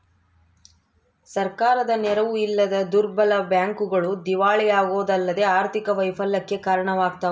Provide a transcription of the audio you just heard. ಸರ್ಕಾರದ ನೆರವು ಇಲ್ಲದ ದುರ್ಬಲ ಬ್ಯಾಂಕ್ಗಳು ದಿವಾಳಿಯಾಗೋದಲ್ಲದೆ ಆರ್ಥಿಕ ವೈಫಲ್ಯಕ್ಕೆ ಕಾರಣವಾಗ್ತವ